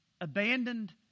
Abandoned